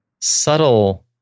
subtle